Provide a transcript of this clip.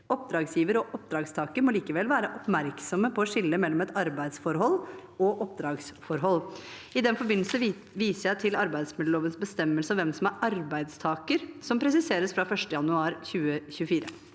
Oppdragsgiver og oppdragstaker må likevel være oppmerksomme på å skille mellom et arbeidsforhold og et oppdragsforhold. I den forbindelse viser jeg til arbeidsmiljølovens bestemmelser om hvem som er arbeidstaker, som presiseres fra 1. januar 2024.